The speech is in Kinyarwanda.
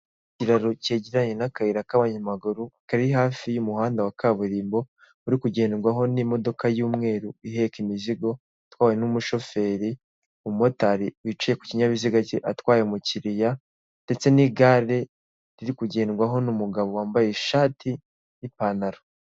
Ikiraro cyegeranye n'akayira k'abanyamaguru kari hafi y'umuhanda wa kaburimbo uri kugendwaho n'imodoka y'umweru iheka imizigo itwawe n'umushoferi, umumotari wicaye ku kinyabiziga cye atwaye umukiriya ndetse n'igare riri kugendwaho n'umugabo wambaye ishati n'ipantaro.